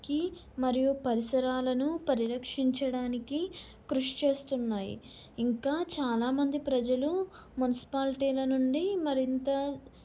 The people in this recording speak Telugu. కి మరియు పరిసరాలను పరిరక్షించడానికి కృషి చేస్తున్నాయి ఇంకా చాలామంది ప్రజలు మున్సిపాలిటీల నుండి మరింత